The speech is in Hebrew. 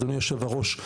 אדוני יושב הראש.